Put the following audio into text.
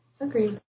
Agreed